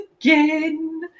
again